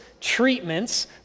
treatments